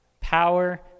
power